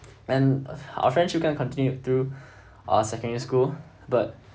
and our friendship kind of continued through our secondary school but